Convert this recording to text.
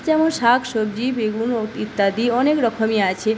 যেমন শাক সবজি বেগুন ও ইত্যাদি অনেক রকমই আছে